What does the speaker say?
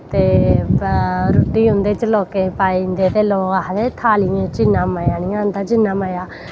ते रुट्टी उंदे च लोकें पाई दिंदे ते लोग आखदे थालियें च इन्ना मज़ा नी आंदा जिन्ना मज़ा